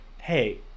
hey